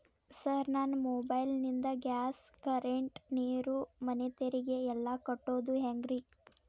Sir ನನ್ನ mobile ನಿಂದ gas, current, ನೇರು, ಮನೆ ತೆರಿಗೆ ಎಲ್ಲಾ ಕಟ್ಟೋದು ಹೆಂಗ್ರಿ?